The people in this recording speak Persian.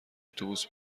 اتوبوس